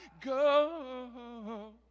go